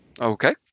Okay